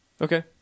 Okay